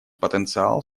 потенциал